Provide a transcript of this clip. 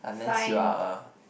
unless you are a